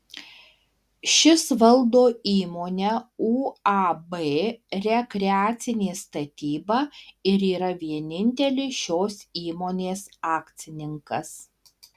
šis valdo įmonę uab rekreacinė statyba ir yra vienintelis šios įmonės akcininkas